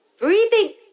breathing